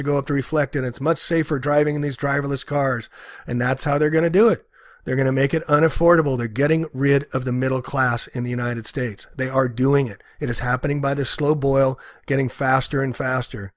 to go up to reflect and it's much safer driving these driverless cars and that's how they're going to do it they're going to make it unaffordable they're getting rid of the middle class in the united states they are doing it it is happening by the slow boil getting faster and faster